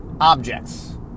objects